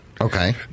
Okay